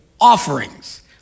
offerings